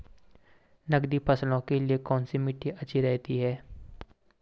नकदी फसलों के लिए कौन सी मिट्टी अच्छी रहती है?